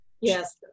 yes